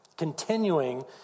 continuing